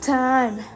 time